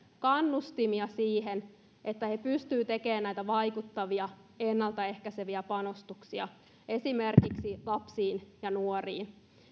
kannustimia siihen että he pystyvät tekemään näitä vaikuttavia ennaltaehkäiseviä panostuksia esimerkiksi lapsiin ja nuoriin